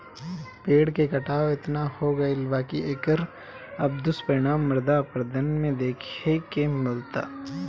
पेड़ के कटाव एतना हो गईल बा की एकर अब दुष्परिणाम मृदा अपरदन में देखे के मिलता